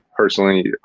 personally